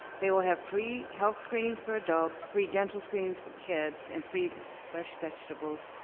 they will have free health screenings for adults, free dental screenings for kids, and free fresh vegetables,